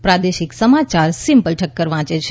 પ્રાદેશિક સમાચાર સિમ્પલ ઠક્કર વાંચે છે